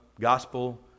gospel